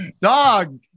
dog